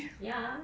ya